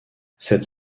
cette